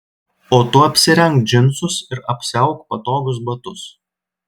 o tu apsirenk džinsus ir apsiauk patogius batus